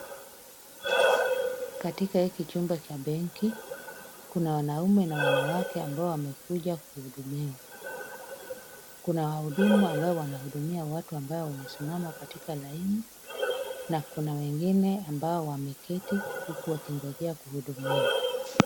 Katika hiki chumba cha benki, kuna wanaume na wanawake ambao wamekuja kuhudumiwa. kuna wahudumu ambao wanahudumia watu ambao wamesimama katika laini na kuna wengine ambao wameketi huku wakingojea kuhudumiwa.